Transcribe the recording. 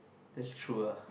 that's true ah